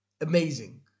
amazing